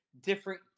different